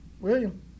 william